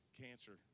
cancer